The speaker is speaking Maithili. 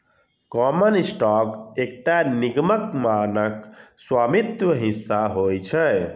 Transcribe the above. कॉमन स्टॉक एकटा निगमक मानक स्वामित्व हिस्सा होइ छै